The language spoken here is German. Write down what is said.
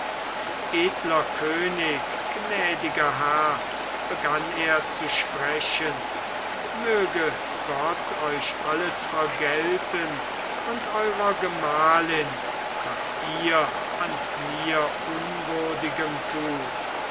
edler könig gnädiger herr begann er zu sprechen möge gott euch alles vergelten und eurer gemahlin was ihr an mir unwürdigem tut